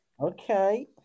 Okay